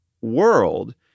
world